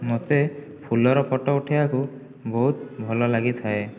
ମୋତେ ଫୁଲର ଫଟୋ ଉଠାଇବାକୁ ବହୁତ ଭଲ ଲାଗିଥାଏ